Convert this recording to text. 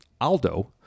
Aldo